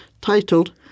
titled